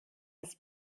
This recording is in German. das